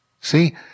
See